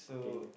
okay